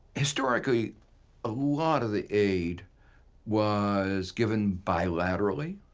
historically a lot of the aid was given bilaterally.